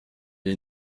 est